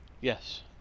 Yes